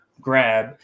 grab